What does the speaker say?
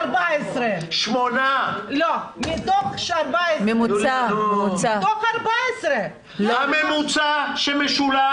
לא, מתוך 14. הממוצע שמשולם